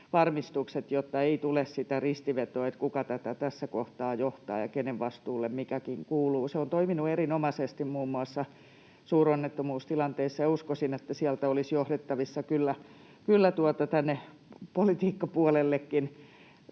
jotta ei tule sitä ristivetoa siinä, kuka tätä tässä kohtaa johtaa ja kenen vastuulle mikäkin kuuluu. Se on toiminut erinomaisesti muun muassa suuronnettomuustilanteissa, ja uskoisin, että sieltä olisi johdettavissa kyllä tänne politiikkapuolellekin,